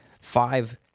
five